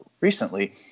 recently